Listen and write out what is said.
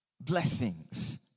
blessings